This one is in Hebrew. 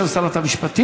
בשם שרת המשפטים.